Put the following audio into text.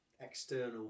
external